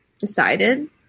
decided